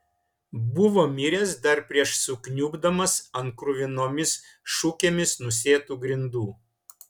buvo miręs dar prieš sukniubdamas ant kruvinomis šukėmis nusėtų grindų